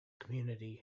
community